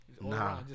Nah